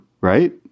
Right